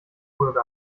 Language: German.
folge